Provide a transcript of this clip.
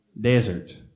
desert